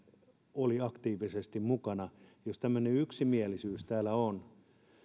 oli aktiivisesti mukana jos tämmöinen yksimielisyys täällä on